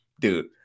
dude